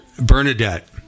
Bernadette